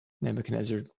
Nebuchadnezzar